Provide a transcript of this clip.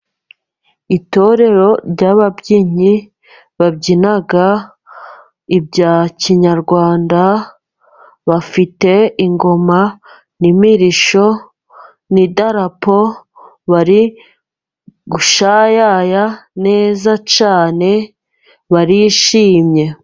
Itorero ry'ababyinnyi babyina ibya kinyarwanda, bafite ingoma n'imirishyo, n'idarapo, bari gushyayaya neza cyane, barishimye.